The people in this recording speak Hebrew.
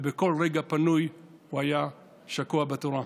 ובכל רגע פנוי הוא היה שקוע בתורה.